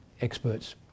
experts